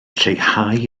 lleihau